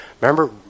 Remember